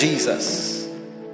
Jesus